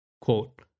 quote